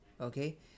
okay